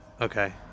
Okay